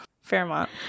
fairmont